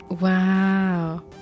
wow